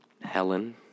Helen